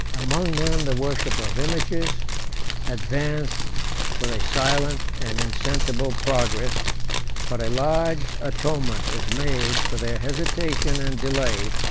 among them the worship of images advanced with a silent and insensible progress but a large atonement is made for their hesitation and delay,